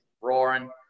roaring